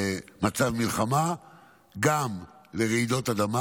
למצב מלחמה וגם לרעידות אדמה,